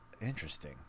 interesting